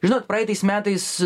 žinot praeitais metais